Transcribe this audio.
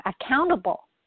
accountable